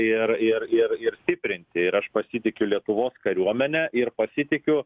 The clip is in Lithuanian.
ir ir ir ir stiprinti ir aš pasitikiu lietuvos kariuomene ir pasitikiu